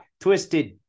Twisted